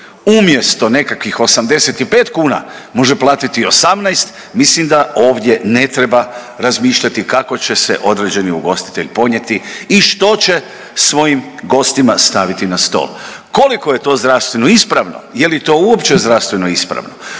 umjesto nekakvih 85 kuna može platiti 18 mislim da ovdje ne treba razmišljati kako će se određeni ugostitelj ponijeti i što će svojim gostima staviti na stol. Koliko je to zdravstveno ispravno? Je li to uopće zdravstveno ispravno?